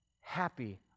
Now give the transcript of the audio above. happy